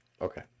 Okay